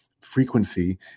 frequency